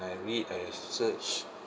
I read a surge